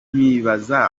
nkibaza